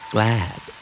Glad